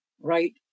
Right